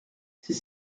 c’est